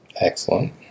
Excellent